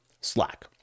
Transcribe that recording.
Slack